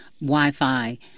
Wi-Fi